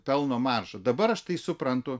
pelno maržą dabar aš tai suprantu